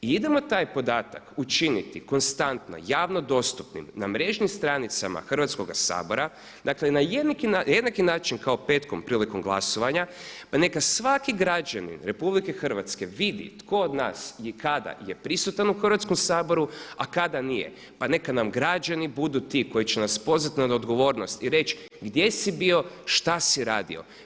I idemo taj podatak učiniti konstantno, javno dostupnim na mrežnim stranicama Hrvatskoga sabora, dakle na jednaki način kao petkom prilikom glasovanja pa neka svaki građanin RH vidi tko od nas i kada je prisutan u Hrvatskom saboru, a kada nije, pa neka nam građani budu ti koji će nas pozvati na odgovornost i reći gdje si bio, šta si radio.